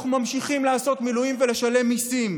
אנחנו ממשיכים לעשות מילואים ולשלם מיסים,